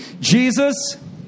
Jesus